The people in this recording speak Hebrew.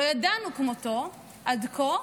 שלא ידענו כמותו עד כה,